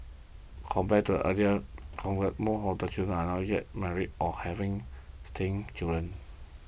compared to earlier more of them chosen are not yet married or having children